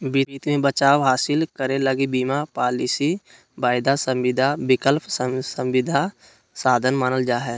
वित्त मे बचाव हासिल करे लगी बीमा पालिसी, वायदा संविदा, विकल्प संविदा साधन मानल जा हय